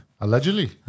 Allegedly